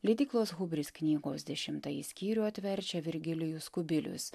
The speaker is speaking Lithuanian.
leidyklos hubris knygos dešimtąjį skyrių atverčia virgilijus kubilius